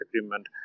agreement